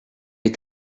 est